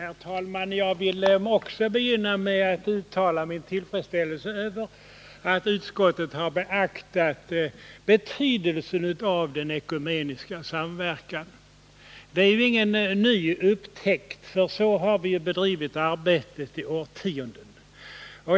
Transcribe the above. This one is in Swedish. Nr 149 Herr talman! Också jag vill begynna med att uttala min tillfredsställelse Onsdagen den över att utskottet har beaktat betydelsen av ekumenisk samverkan. Den är 21 maj 1980 ingen ny upptäckt, utan i sådan samverkan har vi bedrivit arbetet under = årtionden.